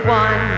one